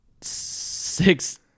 six